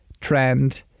trend